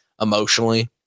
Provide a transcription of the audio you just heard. emotionally